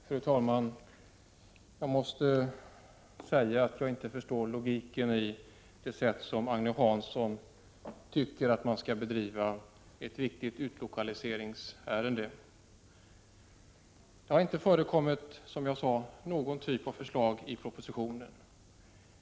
Fru talman! Jag måste säga att jag inte förstår logiken i Agne Hanssons sätt att behandla ett viktigt utlokaliseringsärende. Det har inte lagts fram något förslag i propositionen.